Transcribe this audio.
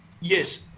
yes